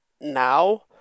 now